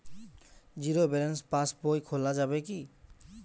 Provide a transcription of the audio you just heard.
Zero balance pass বই খোলা যাবে কি?